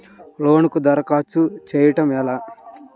లోనుకి దరఖాస్తు చేయడము ఎలా?